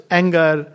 anger